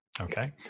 Okay